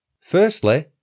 Firstly